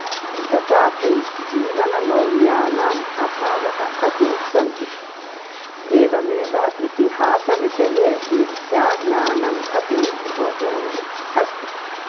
तथापि जीवनमौल्यानां अभावः अपि सन्ति एवमेव इतिहासविषये मिथ्याज्ञानम् अपि बहूनि अस्ति